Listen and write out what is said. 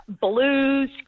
blues